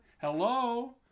Hello